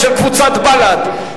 של קבוצת בל"ד,